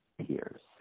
peers